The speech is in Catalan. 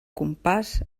compàs